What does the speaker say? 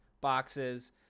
boxes